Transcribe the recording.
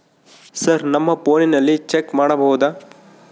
Sir ನಮ್ಮ ಫೋನಿನಲ್ಲಿ check ಮಾಡಬಹುದಾ?